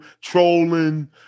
trolling